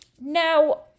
now